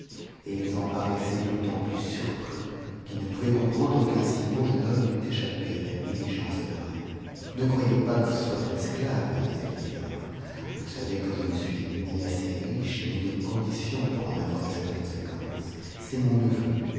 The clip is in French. et ils en paraissaient d'autant plus surpris qu'ils ne pouvaient comprendre qu'un si beau jeune homme eût échappé à la diligence de la reine ne croyez pas que ce soit un esclave leur disait le vieillard vous savez que je ne suis ni assez riche ni de condition pour en avoir de cette conséquence c'est mon neveu